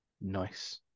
Nice